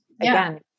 Again